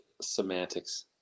Semantics